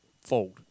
fold